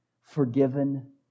forgiven